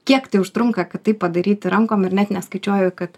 kiek tai užtrunka kad tai padaryti rankom ir net neskaičiuoju kad